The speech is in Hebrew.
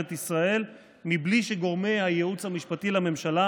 ישראל בלי שגורמי הייעוץ המשפטי לממשלה